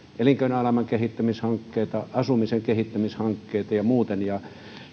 elinkeinoelämän kehittämishankkeita asumisen kehittämishankkeita ja muita ja